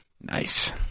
Nice